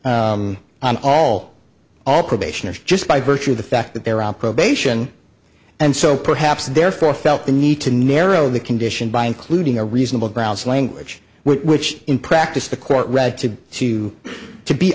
on all all probationers just by virtue of the fact that they're on probation and so perhaps therefore felt the need to narrow the condition by including a reasonable grounds language which in practice the court read to two